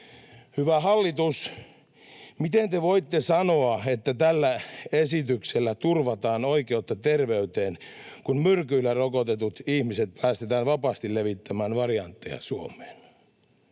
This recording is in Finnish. Hyvä hallitus, miten te voitte sanoa, että tällä esityksellä turvataan oikeutta terveyteen, kun myrkyillä rokotetut ihmiset päästetään vapaasti levittämään variantteja Suomeen?